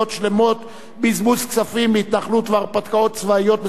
בזבוז כספים בהתנחלויות והרפתקאות צבאיות מסוכנות,